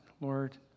Lord